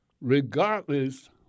Regardless